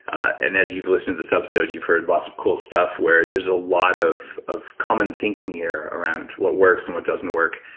and as you've listened to this episode you've heard lots of cool stuff where there's a lot of of common thinking here around what works and what doesn't work.